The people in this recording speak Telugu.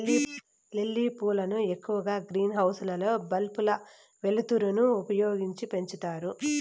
లిల్లీ పూలను ఎక్కువగా గ్రీన్ హౌస్ లలో బల్బుల వెలుతురును ఉపయోగించి పెంచుతారు